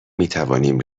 میتوانیم